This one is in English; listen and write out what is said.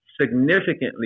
significantly